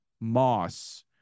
Moss